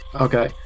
Okay